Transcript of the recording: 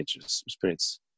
spirits